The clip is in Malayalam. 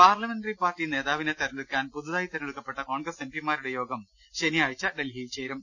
പാർലമെന്ററി പാർട്ടി നേതാവിനെ തെരഞ്ഞെടുക്കാൻ പുതു തായി തെരഞ്ഞെടുക്കപ്പെട്ട കോൺഗ്രസ് എംപിമാരുടെ യോഗം ശനി യാഴ്ച്ച ഡൽഹിയിൽ ചേരും